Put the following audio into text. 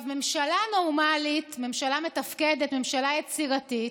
ממשלה נורמלית, ממשלה מתפקדת, ממשלה יצירתית,